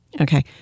Okay